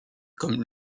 comme